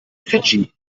fidschi